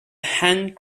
hand